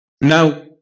now